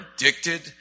addicted